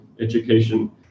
education